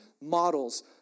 models